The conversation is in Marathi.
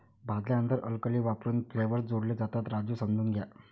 भाजल्यानंतर अल्कली वापरून फ्लेवर्स जोडले जातात, राजू समजून घ्या